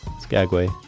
Skagway